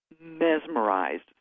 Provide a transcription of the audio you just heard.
mesmerized